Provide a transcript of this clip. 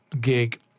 gig